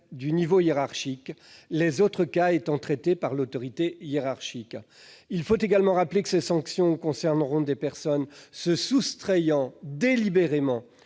du niveau hiérarchique, les autres cas étant traités par l'autorité hiérarchique. Il faut également rappeler que ces sanctions concerneront des personnes se soustrayant délibérément